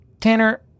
Tanner